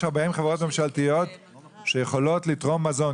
חברות ממשלתיות שיכולות לתרום מזון,